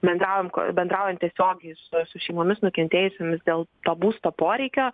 bendravom bendraujam tiesiogiai su su šeimomis nukentėjusiomis dėl to būsto poreikio